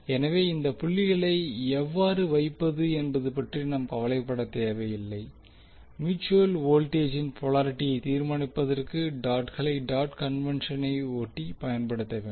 எனவே அந்த புள்ளிகளை எவ்வாறு வைப்பது என்பது பற்றி நாம் கவலை பட தேவையில்லை மியூட்சுவல் வோல்டேஜின் போலாரிட்டியை தீர்மானிப்பதற்கு டாட்களை டாட் கன்வெண்க்ஷணை ஒட்டி பயன்படுத்த வேண்டும்